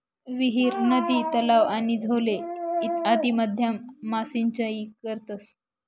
विहीर, नदी, तलाव, आणि झीले आदि माध्यम मा सिंचाई करतस